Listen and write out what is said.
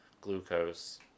glucose